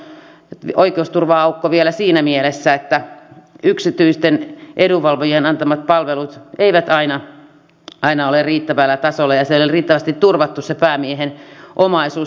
tässä on oikeusturva aukko vielä siinä mielessä että yksityisten edunvalvojien antamat palvelut eivät aina ole riittävällä tasolla ja se ei ole riittävästi turvattu se päämiehen omaisuus